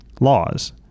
laws